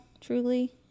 truly